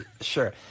Sure